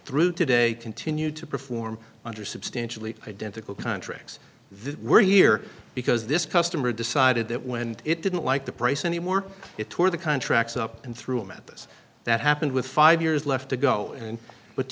through today continue to perform under substantially identical contracts that we're here because this customer decided that when it didn't like the price anymore it tore the contracts up and threw him at this that happened with five years left to go and what